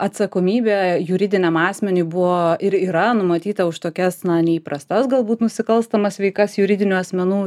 atsakomybė juridiniam asmeniui buvo ir yra numatyta už tokias neįprastas galbūt nusikalstamas veikas juridinių asmenų